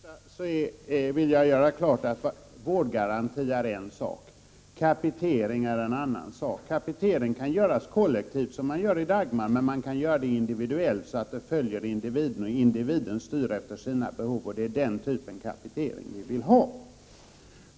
Herr talman! Först vill jag göra klart att vårdgaranti är en sak och att kapitering är en annan. Kapitei'ng kan göras kollektivt, som man gör i Dagmar. Men man kan också göra dt: individuellt, så att den följer individen och så att individen styr efter sina behov. Det är den typen av kapitering vi vill ha.